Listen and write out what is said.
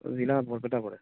জিলা বৰপেটা পৰে